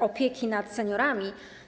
opieki nad seniorami.